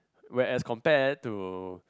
whereas compared to